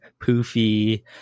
poofy